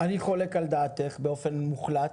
אני חולק על דעתך באופן מוחלט.